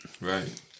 Right